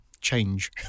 change